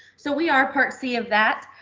so we are part c of that.